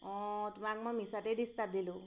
অঁ তোমাক মই মিছাতেই ডিষ্টাৰ্ব দিলোঁ